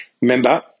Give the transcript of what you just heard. remember